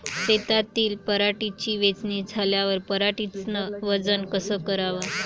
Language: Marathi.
शेतातील पराटीची वेचनी झाल्यावर पराटीचं वजन कस कराव?